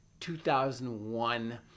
2001